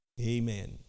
amen